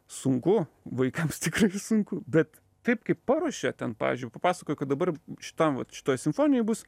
sunku vaikams tikrai sunku bet taip kaip paruošė ten pavyzdžiui papasakojo kad dabar šitam vat šitoj simfonijoj bus